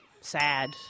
sad